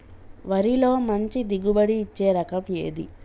వరిలో మంచి దిగుబడి ఇచ్చే రకం ఏది?